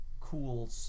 cool